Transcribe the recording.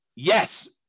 Yes